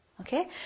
Okay